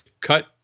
cut